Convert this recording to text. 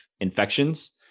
infections